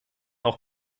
auch